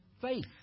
faith